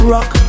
Rock